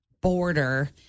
border